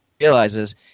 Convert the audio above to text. realizes